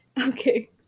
Okay